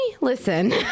listen